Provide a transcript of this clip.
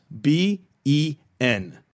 b-e-n